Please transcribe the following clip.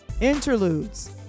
interludes